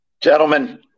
Gentlemen